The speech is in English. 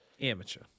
amateur